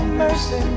mercy